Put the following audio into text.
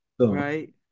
Right